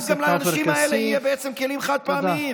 ואז גם לאנשים האלה יהיו כלים חד-פעמיים.